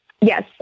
yes